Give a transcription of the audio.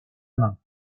main